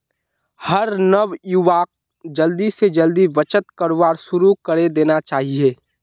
हर नवयुवाक जल्दी स जल्दी बचत करवार शुरू करे देना चाहिए